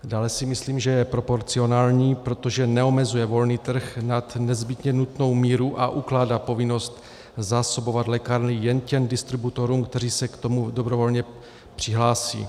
Dále si myslím, že je proporcionální, protože neomezuje volný trh nad nezbytně nutnou míru a ukládá povinnost zásobovat lékárny jen těm distributorům, kteří se k tomu dobrovolně přihlásí.